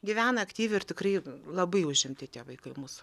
gyvena aktyviai ir tikrai labai užimti tie vaikai mūsų